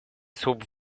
słup